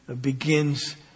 begins